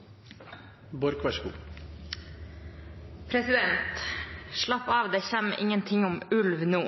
nemnt det. Så vil eg anbefale forslaga Kristeleg Folkeparti er med på. Slapp av, det kommer ingenting om ulv nå.